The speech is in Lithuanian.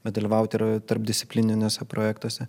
bet dalyvaut ir tarpdisciplininiuose projektuose